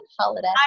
holiday